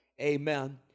Amen